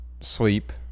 sleep